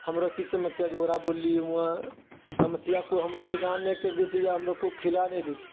हमरा की समस्या छै ओकरा बोललियै वहाँ समस्याकऽ हमरो कोइ निदान नहि करि दैत छै या हमरो कोइ खिलै नहि दैत छै